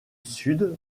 sud